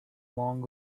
long